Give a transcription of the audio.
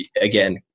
again